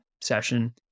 session